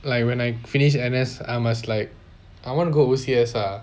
like when I finish N_S I must like I want to go O_C_S ah